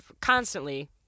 constantly